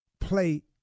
Play